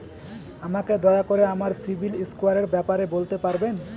আমাকে দয়া করে আমার সিবিল স্কোরের ব্যাপারে বলতে পারবেন?